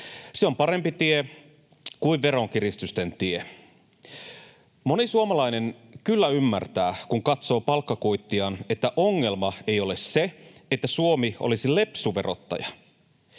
Se on parempi tie kuin veronkiristysten tie. Moni suomalainen kyllä ymmärtää, kun katsoo palkkakuittiaan, että ongelma ei ole se, että Suomi olisi lepsu verottaja.